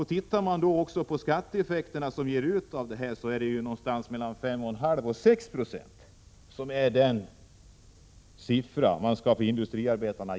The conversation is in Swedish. Om man dessutom tar hänsyn till skatteeffekterna, blir det ungefär 5,5 å 6 26 som för industriarbetarnas del skall jämföras med siffran 4,2 76.